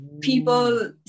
people